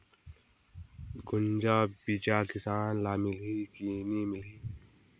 गुनजा बिजा किसान ल मिलही की नी मिलही?